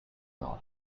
not